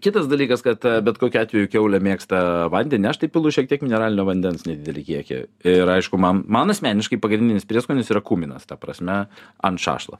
kitas dalykas kad bet kokiu atveju kiaulė mėgsta vandenį aš tai pilu šiek tiek mineralinio vandens nedidelį kiekį ir aišku man man asmeniškai pagrindinis prieskonis yra kuminas ta prasme ant šašlo